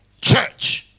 church